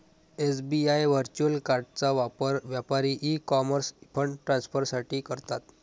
SBI virtual कार्डचा वापर व्यापारी ई कॉमर्स फंड ट्रान्सफर साठी करतात